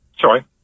Sorry